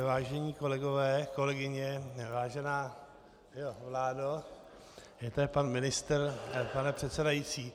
Vážení kolegové, kolegyně, vážená vládo, je tady pan ministr, pane předsedající.